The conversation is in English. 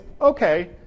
Okay